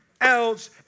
else